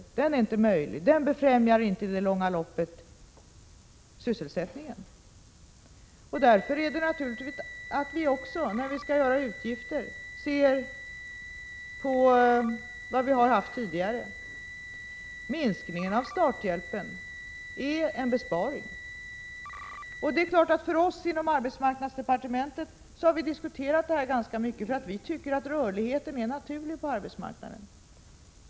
En sådan ekonomi ; befrämjar inte i det långa loppet sysselsättningen. Därför är det naturligt att vi även när vi vidtar åtgärder som kräver utgifter ser på vad vi har haft tidigare. Minskningen av starthjälpen är en besparing. Det är klart att vi inom | arbetsmarknadsdepartementet har diskuterat detta ganska mycket, för vi tycker att rörligheten är naturlig på arbetsmarknaden.